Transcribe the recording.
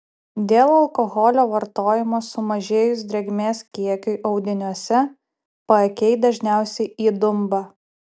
dėl alkoholio vartojimo sumažėjus drėgmės kiekiui audiniuose paakiai dažniausiai įdumba